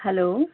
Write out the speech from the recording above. hello